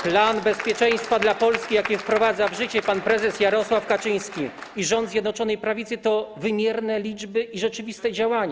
Plan bezpieczeństwa dla Polski, jaki wprowadza w życie pan prezes Jarosław Kaczyński i rząd Zjednoczonej Prawicy, to wymierne liczby i rzeczywiste działania.